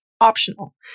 optional